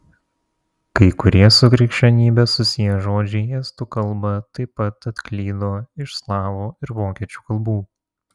kai kurie su krikščionybe susiję žodžiai į estų kalbą taip pat atklydo iš slavų ir vokiečių kalbų